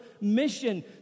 mission